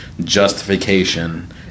justification